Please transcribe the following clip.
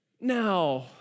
Now